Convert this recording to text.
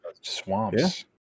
swamps